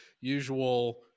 usual